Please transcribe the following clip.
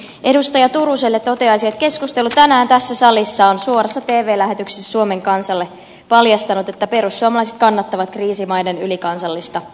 edustaja turuselle toteaisin että keskustelu tänään tässä salissa on suorassa tv lähetyksessä suomen kansalle paljastanut että perussuomalaiset kannattavat kriisimaiden ylikansallista lainoittamista